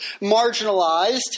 marginalized